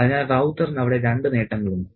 അതിനാൽ റൌത്തറിന് അവിടെ രണ്ട് നേട്ടങ്ങളുണ്ട്